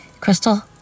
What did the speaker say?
Crystal